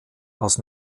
aus